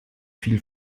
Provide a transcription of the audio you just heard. viel